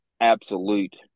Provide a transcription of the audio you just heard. absolute